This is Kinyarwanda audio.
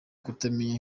kutamenya